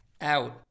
out